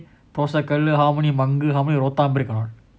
தோசைக்கல்லுஆம்னிமங்குஆம்னி:thosaikallu amni manku amni இருக்கணும்:irukkanum